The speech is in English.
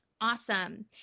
Awesome